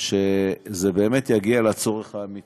שזה באמת יגיע לצורך האמיתי.